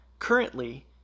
Currently